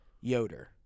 Yoder